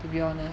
to be honest